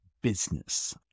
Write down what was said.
business